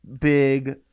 big